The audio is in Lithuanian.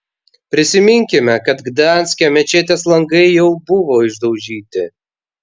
prisiminkime kad gdanske mečetės langai jau buvo išdaužyti